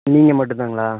நீங்கள் மட்டும் தாங்களா